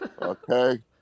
Okay